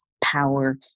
Power